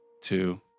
two